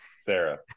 Sarah